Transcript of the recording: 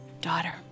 daughter